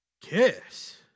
Kiss